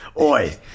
Oi